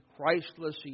Christless